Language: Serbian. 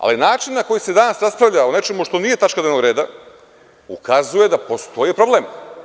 Ali, način na koji se danas raspravlja o nečemu što nije tačka dnevnog reda ukazuje da postoji problem.